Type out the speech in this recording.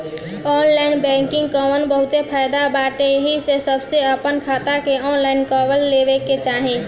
online banking कअ बहुते फायदा बाटे एही से सबके आपन खाता के ऑनलाइन कअ लेवे के चाही